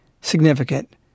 significant